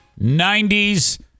90s